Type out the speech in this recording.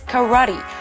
Karate